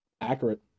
Accurate